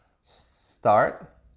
start